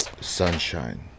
sunshine